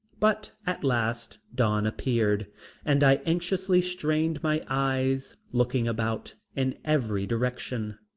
but at last dawn appeared and i anxiously strained my eyes, looking about in every direction.